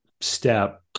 step